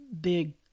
big